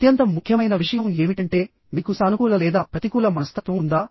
అత్యంత ముఖ్యమైన విషయం ఏమిటంటే మీకు సానుకూల లేదా ప్రతికూల మనస్తత్వం ఉందా